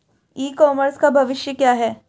ई commerce का भविष्य क्या है?